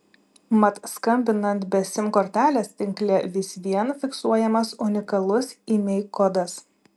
mat skambinant be sim kortelės tinkle vis vien fiksuojamas unikalus imei kodas